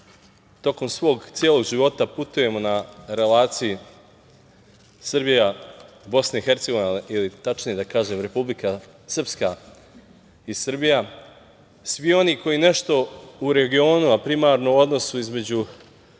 tokom svog celog života putujemo na relaciji Srbija – Bosna i Hercegovina ili tačnije da kažem Republika Srpska i Srbija, svi oni koji nešto u regionu, a primarno u odnosu između